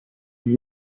ibi